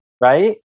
Right